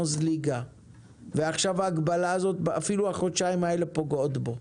זליגה ועכשיו אפילו החודשים האלה פוגעים בו.